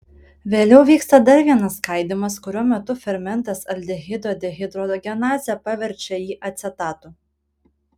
vėliau vyksta dar vienas skaidymas kurio metu fermentas aldehido dehidrogenazė paverčia jį acetatu